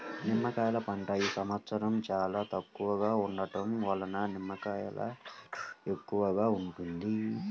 నిమ్మకాయల పంట ఈ సంవత్సరం చాలా తక్కువగా ఉండటం వలన నిమ్మకాయల రేటు ఎక్కువగా ఉంది